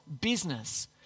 business